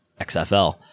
XFL